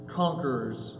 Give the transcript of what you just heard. conquerors